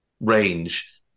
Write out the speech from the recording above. range